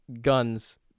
guns